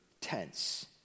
tense